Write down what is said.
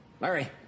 Larry